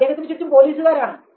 അദ്ദേഹത്തിനു ചുറ്റും പോലീസുകാരാണ്